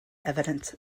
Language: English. evidence